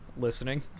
listening